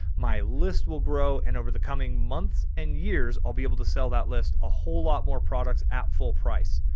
my list will grow and over the coming months, and years i'll be able to sell that list a whole lot more products at full price.